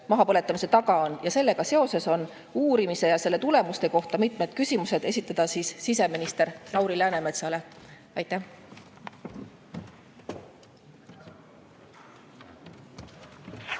mahapõletamise taga on. Sellega seoses on uurimise ja selle tulemuste kohta mitmeid küsimusi siseminister Lauri Läänemetsale. Aitäh!